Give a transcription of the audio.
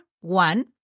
one